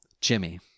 Jimmy